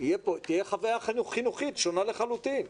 תהיה חוויה חינוכית שונה לחלוטין.